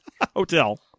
Hotel